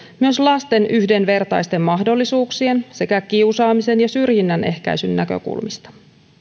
myös lasten yhdenvertaisten mahdollisuuksien sekä kiusaamisen ja syrjinnän ehkäisyn näkökulmista